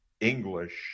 English